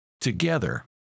Together